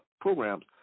programs